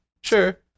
sure